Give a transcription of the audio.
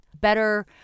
better